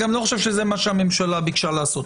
אני גם לא חושב שזה מה שהממשלה ביקשה לעשות.